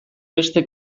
beste